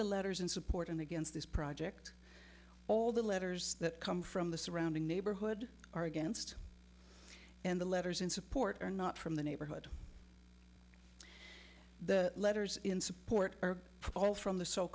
the letters in support and against this project all the letters that come from the surrounding neighborhood are against and the letters in support are not from the neighborhood the letters in support are all from the so